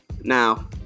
Now